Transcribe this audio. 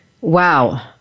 Wow